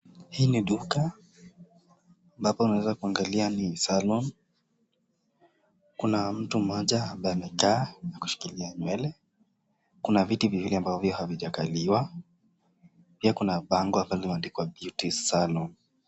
Hii ni duka ambapo tunaweza kuangalia ni salon . Kuna mtu mmoja ambaye amekaa na kushikilia nywele. Kuna viti viwili ambavyo havijakaliwa. Pia kuna bango ambali limeandikwa beauty salon .